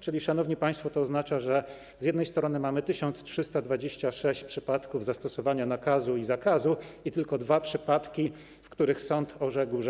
Czyli, szanowni państwo, to oznacza, że z jednej strony mamy 1326 przypadków zastosowania nakazu i zakazu i tylko dwa przypadki, w których sąd orzekł,